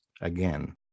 again